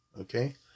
okay